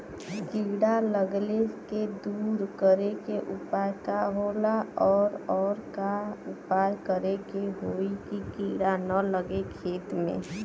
कीड़ा लगले के दूर करे के उपाय का होला और और का उपाय करें कि होयी की कीड़ा न लगे खेत मे?